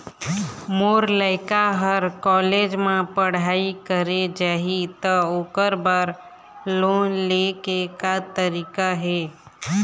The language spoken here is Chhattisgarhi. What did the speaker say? मोर लइका हर कॉलेज म पढ़ई करे जाही, त ओकर बर लोन ले के का तरीका हे?